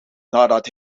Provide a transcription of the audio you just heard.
nadat